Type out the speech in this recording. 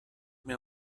mir